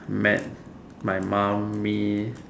met my mum me